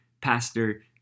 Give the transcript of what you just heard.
Pastor